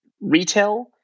retail